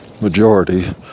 majority